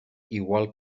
igual